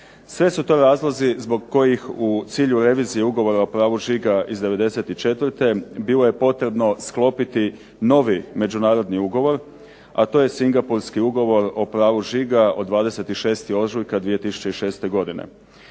Sve su to razlozi zbog kojih u cilju revizije Ugovora o pravu žiga iz '94. bilo je potrebno sklopiti novi međunarodni ugovor, a to je Singapurski ugovor o pravu žiga od 26. ožujka 2006. godine.